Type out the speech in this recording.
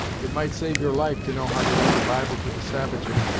it might save your life to know how to read the bible to the savages,